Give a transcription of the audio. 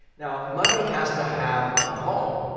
now, money has to have a home.